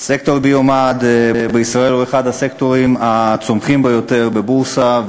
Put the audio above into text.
סקטור הביו-מד בישראל הוא אחד הסקטורים הצומחים ביותר בבורסה,